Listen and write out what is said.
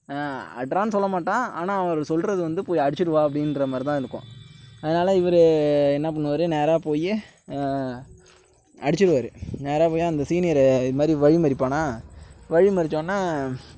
அட்றான்னு சொல்ல மாட்டான் ஆனால் அவர் சொல்வது வந்து போய் அடிச்சுட்டு வா அப்படின்ற மாதிரிதான் இருக்கும் அதனால் இவர் என்ன பண்ணுவார் நேராக யி அடிச்சிடுவார் நேராக போய் அந்த சீனியரு இது மாதிரி வழி மறிப்பானா வழி மறித்தோன்னா